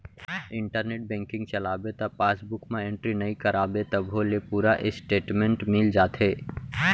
internet banking चलाबे त passbook म एंटरी नइ कराबे तभो ले पूरा इस्टेटमेंट मिल जाथे